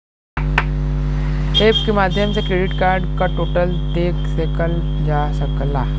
app के माध्यम से क्रेडिट कार्ड क टोटल देय देखल जा सकला